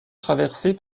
traversé